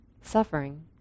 suffering